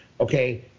okay